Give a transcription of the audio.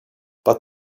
but